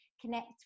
connect